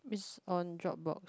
means on drop box